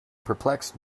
perplexed